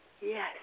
Yes